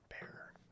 bear